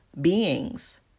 beings